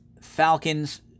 Falcons